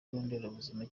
nderabuzima